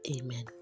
Amen